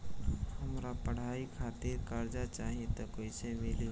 हमरा पढ़ाई खातिर कर्जा चाही त कैसे मिली?